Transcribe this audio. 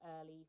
early